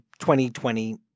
2020